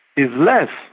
is less,